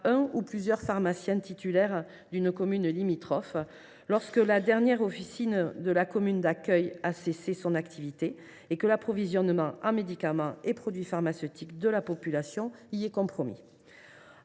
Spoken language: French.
un ou plusieurs pharmaciens titulaires d’une commune limitrophe lorsque la dernière officine de la commune d’accueil a cessé son activité et que l’approvisionnement en médicaments et produits pharmaceutiques de la population y est compromis.